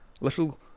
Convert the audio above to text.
little